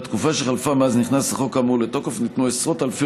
בתקופה שחלפה מאז נכנס החוק האמור לתוקף ניתנו עשרות אלפי